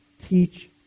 Teach